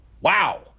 Wow